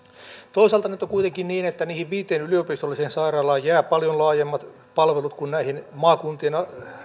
toisaalta nyt on kuitenkin niin että niihin viiteen yliopistolliseen sairaalaan jää paljon laajemmat palvelut kuin näihin maakuntien